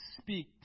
speak